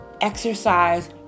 exercise